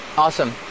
Awesome